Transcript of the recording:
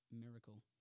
miracle